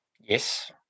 Yes